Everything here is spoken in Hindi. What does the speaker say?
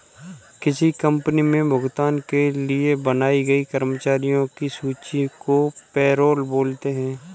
किसी कंपनी मे भुगतान के लिए बनाई गई कर्मचारियों की सूची को पैरोल बोलते हैं